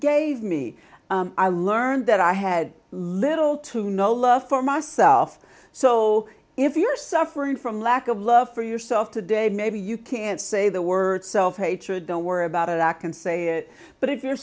gave me i learned that i had little to no love for myself so if you're suffering from lack of love for yourself today maybe you can't say the word self hatred don't worry about it act and say it but if you're